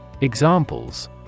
Examples